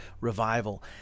revival